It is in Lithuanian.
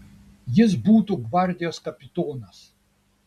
jis būtų gvardijos kapitonas